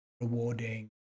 rewarding